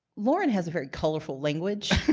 lauren has a very colorful language.